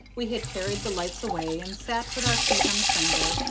we had carried the lights away, and sat with our feet on the fender,